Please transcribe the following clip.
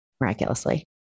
miraculously